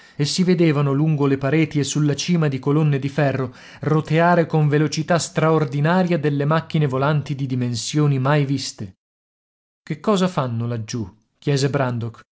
e si vedevano lungo le pareti e sulla cima di colonne di ferro roteare con velocità straordinaria delle macchine volanti di dimensioni mai viste che cosa fanno laggiù chiese brandok